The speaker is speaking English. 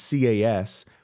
CAS